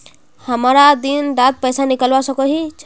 हमरा दिन डात पैसा निकलवा सकोही छै?